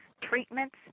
treatments